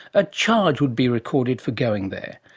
a charge would be recorded for going there.